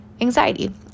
anxiety